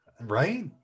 Right